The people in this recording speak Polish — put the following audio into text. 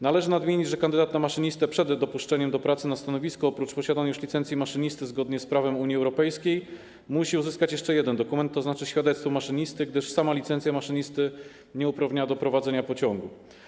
Należy nadmienić, że kandydat na maszynistę przed dopuszczeniem do pracy na stanowisku oprócz posiadanej już licencji maszynisty zgodnie z prawem Unii Europejskiej musi uzyskać jeszcze jeden dokument, tzn. świadectwo maszynisty, gdyż sama licencja maszynisty nie uprawnia do prowadzenia pociągu.